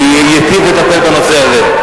הוא ייטיב לטפל בנושא הזה.